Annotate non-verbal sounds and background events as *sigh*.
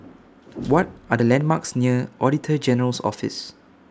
*noise* What Are The landmarks near Auditor General's Office